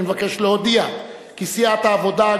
אני מבקש להודיע כי סיעת העבודה,